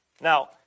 Now